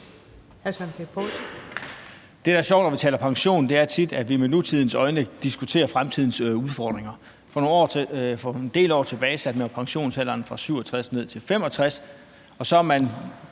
Det, der er sjovt, når man taler pension, er tit, at vi set gennem nutidens øjne diskuterer fremtidens udfordringer. For en del år tilbage satte man jo pensionsalderen ned fra 67 år til 65 år, og så går man